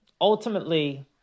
ultimately